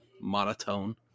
monotone